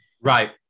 Right